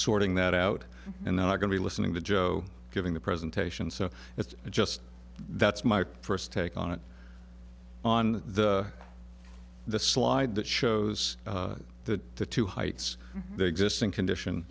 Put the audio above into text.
sorting that out and then i'm going to be listening to joe giving the presentation so it's just that's my first take on it on the slide that shows that the two heights the existing condition